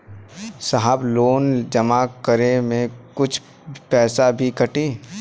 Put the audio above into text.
साहब लोन जमा करें में कुछ पैसा भी कटी?